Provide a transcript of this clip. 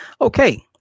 Okay